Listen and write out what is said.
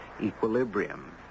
equilibrium